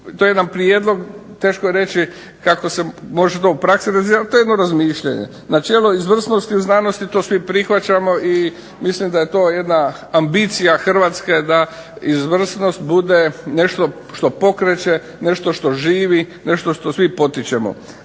to je jedan prijedlog teško je reći kako sam to je jedno razmišljanje, načelo izvrsnosti u znanosti to svi prihvaćamo i mislim da je to jedna ambicija Hrvatske da izvrsnost bude nešto što pokreće, nešto što živi nešto što svi potičemo.